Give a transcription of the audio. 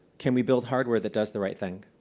can we build hardware that does the right thing?